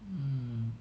mm